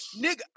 Nigga